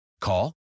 Call